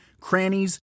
crannies